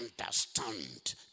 understand